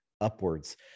upwards